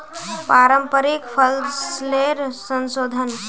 पारंपरिक फसलेर संशोधन